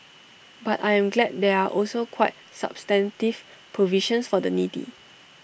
but I am glad there are also quite substantive provisions for the needy